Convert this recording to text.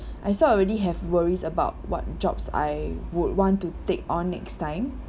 I sort of already have worries about what jobs I would want to take on next time